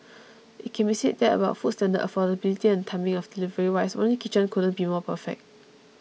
it can be said that about food standard affordability and timing of delivery wise Ronnie Kitchen couldn't be more perfect